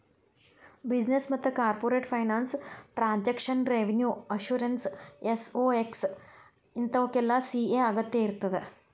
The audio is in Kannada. ಬಿಸಿನೆಸ್ ಮತ್ತ corporate finance taxation revenue assurance SOX ಇಂತಾವುಕ್ಕೆಲ್ಲಾ ಸಿ.ಎ ಅಗತ್ಯಇರ್ತದ